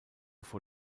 vor